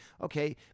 okay